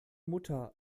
mutter